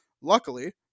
Luckily